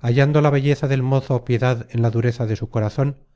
hallando la belleza del mozo piedad en la dureza de su corazon